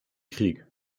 krieg